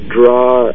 draw